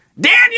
Daniel